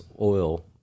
oil